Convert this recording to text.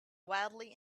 wildly